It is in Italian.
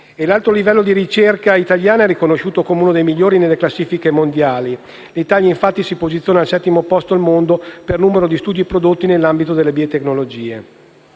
L'alto livello di ricerca italiana viene riconosciuto come uno dei migliori nelle classifiche mondiali. L'Italia, infatti, si posiziona al settimo posto al mondo per numero di studi prodotti nell'ambito delle biotecnologie.